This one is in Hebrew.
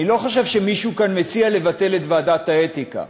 אני לא חושב שמישהו כאן מציע לבטל את ועדת האתיקה.